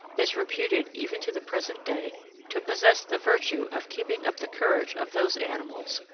is reputed even to the present day to possess the virtue of keeping up the courage of those animals,